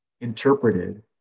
interpreted